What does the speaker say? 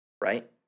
right